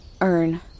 earn